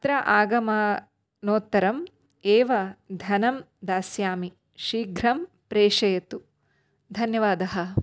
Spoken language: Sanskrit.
अत्र आगमनोत्तरं एव धनं दास्यामि शीघ्रं प्रेषयतु धन्यवादः